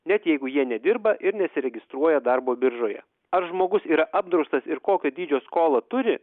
net jeigu jie nedirba ir nesiregistruoja darbo biržoje ar žmogus yra apdraustas ir kokio dydžio skolą turi